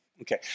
Okay